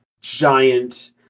giant